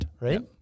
right